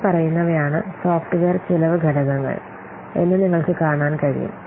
ഇനി പറയുന്നവ ആണ് സോഫ്റ്റ്വെയർ ചെലവ് ഘടകങ്ങൾ എന്ന് നിങ്ങൾക്ക് കാണാൻ കഴിയും